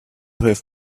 have